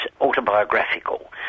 autobiographical